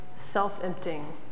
self-emptying